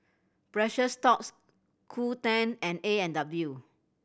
Precious Thots Qoo ten and A and W